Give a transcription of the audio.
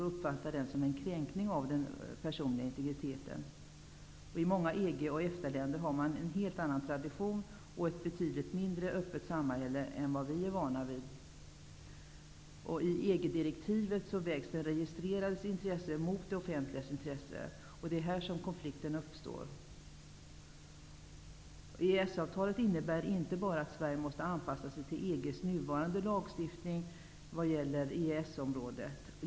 De uppfattar den som en kränkning av den personliga integriteten. I många EG och EFTA-länder har man en helt annan tradition och ett betydligt mindre öppet samhälle än vad vi är vana vid. I EG-direktivet vägs den registrerades intresse mot det offentligas intresse. Det är här som konflikten uppstår. EES-avtalet innebär inte bara att Sverige måste anpassa sig till EG:s nuvarande lagstiftning när det gäller EES-området.